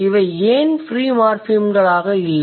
இவை ஏன் ஃப்ரீ மார்ஃபிம்களாக இல்லை